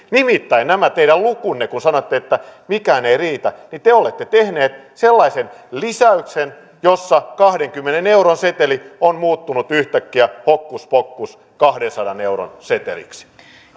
nimittäin näihin teidän lukuihinne kun sanotte että mikään ei riitä te olette tehnyt sellaisen lisäyksen jossa kahdenkymmenen euron seteli on muuttunut yhtäkkiä hokkuspokkus kahdensadan euron seteliksi